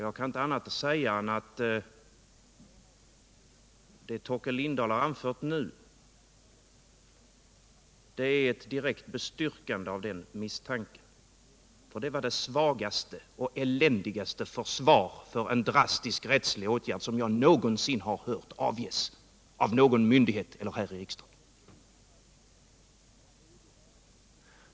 Jag kan inte säga annat än att det Torkel Lindahl har anfört nu är ett direkt bestyrkande av mina farhågor, för det var det svagaste och eländigaste försvar för en drastisk rättslig åtgärd som jag någonsin hört från en myndighet eller här i riksdagen.